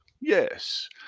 yes